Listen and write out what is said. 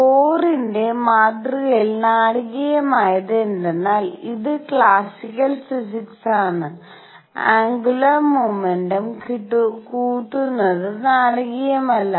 ബോറിന്റെBohrs മാതൃകയിൽ നാടകീയമായത് എന്തെന്നാൽ ഇത് ക്ലാസിക്കൽ ഫിസിക്സാണ് ആന്ഗുലർ മൊമെന്റും കൂട്ടുന്നത് നാടകീയമല്ല